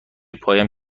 پایم